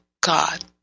God